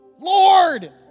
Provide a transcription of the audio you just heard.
Lord